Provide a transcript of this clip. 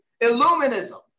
Illuminism